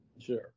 Sure